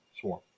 Swarm